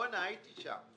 הייתי שם.